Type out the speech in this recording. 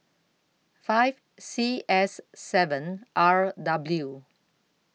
five C S seven R W